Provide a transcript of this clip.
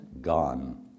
gone